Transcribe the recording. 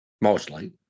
mostly